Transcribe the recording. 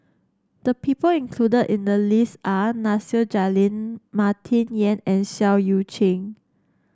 the people included in the list are Nasir Jalil Martin Yan and Seah Eu Chin